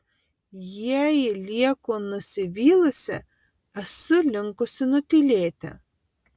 jei lieku nusivylusi esu linkusi nutylėti